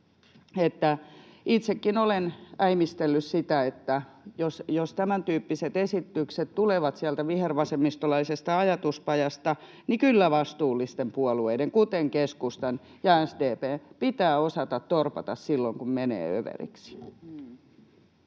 itsekin olen äimistellyt, että jos tämäntyyppiset esitykset tulevat sieltä vihervasemmistolaisesta ajatuspajasta, niin kyllä vastuullisten puolueiden, kuten keskustan ja SDP:n, pitää osata torpata silloin kun menee överiksi.